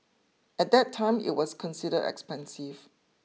at that time it was considered expensive